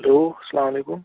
hello السلام علیکُم